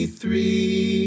three